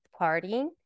partying